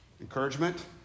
encouragement